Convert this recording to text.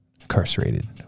incarcerated